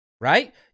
right